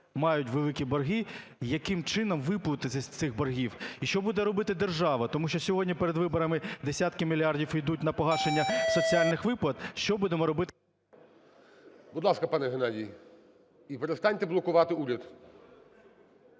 мають великі борги, яким чином виплутатись з цих боргів? І що буде робити держава? Тому що сьогодні, перед виборами, десятки мільярдів ідуть на погашення соціальних виплат. Що будемо робити… ГОЛОВУЮЧИЙ. Будь ласка, пане Геннадій. І перестаньте блокувати уряд.